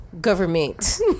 government